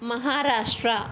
Maharashtra